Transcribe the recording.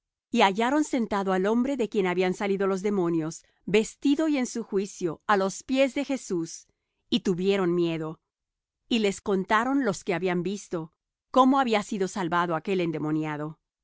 y hallaron sentado al hombre de quien habían salido los demonios vestido y en su juicio á los pies de jesús y tuvieron miedo y les contaron los que lo habían visto cómo había sido salvado aquel endemoniado